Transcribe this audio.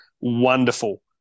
wonderful